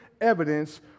evidence